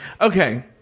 Okay